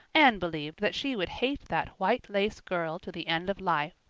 anne believed that she would hate that white-lace girl to the end of life.